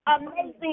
amazing